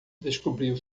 descobriu